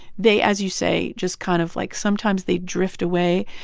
they, as you say, just kind of, like, sometimes they drift away.